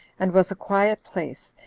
and was a quiet place,